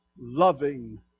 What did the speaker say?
Loving